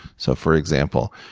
so for example,